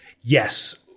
yes